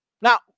Now